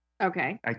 okay